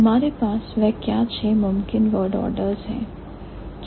हमारे पास वह क्या छह मुमकिन word orders हैं